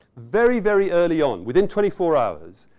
very, very early on, within twenty four hours,